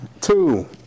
two